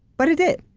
but it did.